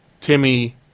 timmy